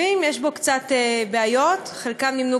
אם תחזירי לי את רבע השעה, כי הם דקה בזבזו מזמני.